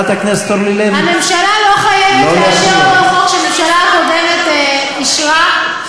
הממשלה לא חייבת לאשר חוק שממשלה קודמת אישרה.